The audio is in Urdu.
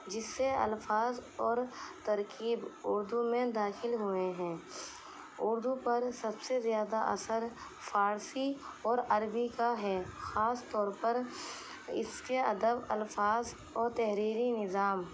جس سے الفاظ اور ترکیب اردو میں داخل ہوئے ہیں اردو پر سب سے زیادہ اثر فارسی اور عربی کا ہے خاص طور پر اس کے ادب الفاظ اور تحریری نظام